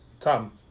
Tom